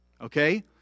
Okay